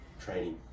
training